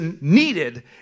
needed